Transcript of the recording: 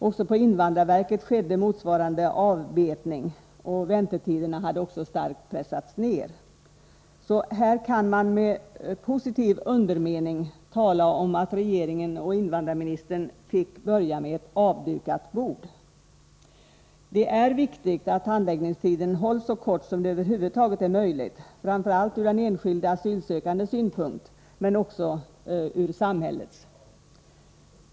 Också på invandrarverket skedde motsvarande avbetning, och väntetiderna hade starkt pressats ned. Här kan man således med positiv undermening tala om att regeringen och invandrarministern fick börja med ett avdukat bord. Det är viktigt att handläggningstiden hålls så kort som det över huvud taget är möjligt, framför allt från den enskilde asylsökandes synpunkt men också från samhällets.